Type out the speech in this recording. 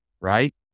right